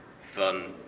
fun